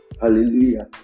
Hallelujah